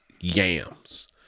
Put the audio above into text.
yams